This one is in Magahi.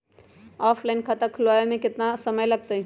ऑफलाइन खाता खुलबाबे में केतना समय लगतई?